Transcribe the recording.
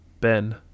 Ben